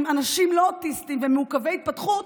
עם אנשים לא אוטיסטים ומעוכבי התפתחות,